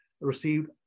received